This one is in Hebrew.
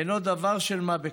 זה אינו דבר של מה בכך.